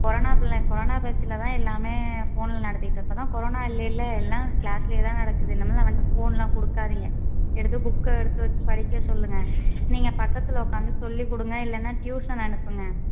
corona குள்ளே corona பேட்ச்சில் தான் எல்லாமே ஃபோனில் நடத்திகிட்டுருந்தோம் இப்போ தான் கொரோனா இல்லையில்ல எல்லாம் க்ளாஸ்சிலே தான் நடக்குது இனிமேல் அவன்கிட்ட ஃபோனெல்லாம் கொடுக்காதீங்க எதுக்கும் புக் எடுத்து வச்சு படிக்கச் சொல்லுங்கள் நீங்கள் பக்கத்தில் உட்காந்து சொல்லிக் கொடுங்க இல்லைன்னா ட்யூசன் அனுப்புங்க